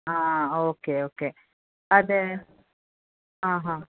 ಹಾಂ okay okay ಅದೇ ಹಾಂ ಹಾಂ